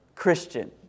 Christian